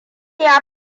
ya